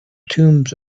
tombs